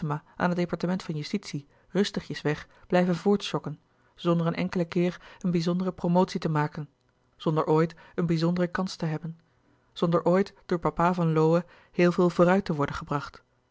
aan het departement van justitie louis couperus de boeken der kleine zielen rustigjes weg blijven voortsjokken zonder een enkelen keer een bizondere promotie te maken zonder ooit een bizondere kans te hebben zonder ooit door papa van lowe heel veel vooruit te worden gebracht